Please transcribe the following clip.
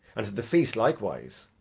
and to the feast likewise,